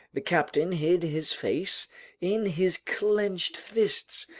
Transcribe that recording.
the captain hid his face in his clenched fists,